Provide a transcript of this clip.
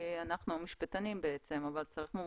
אנחנו משפטנים אבל צריך מומחים.